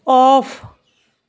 off